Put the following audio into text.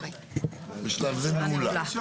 בשלב זה נעולה.